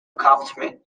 accomplishment